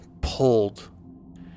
pulled